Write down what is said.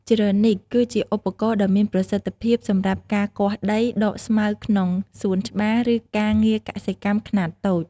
ជ្រនីក គឺជាឧបករណ៍ដ៏មានប្រសិទ្ធភាពសម្រាប់ការគាស់ដី ដកស្មៅក្នុងសួនច្បារ ឬការងារកសិកម្មខ្នាតតូច។